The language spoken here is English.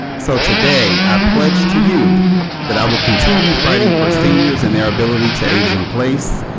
so today, i pledge to you that i will continue fighting for seniors and their ability to age in place,